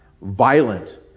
violent